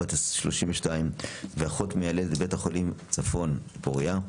בת 32 ואחות מיילדת בבית החולים צפון פוריה,